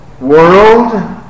world